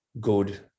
good